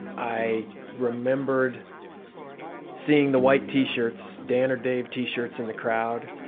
i remembered seeing the white t-shirts dan or dave t-shirts in the crowd